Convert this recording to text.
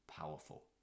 powerful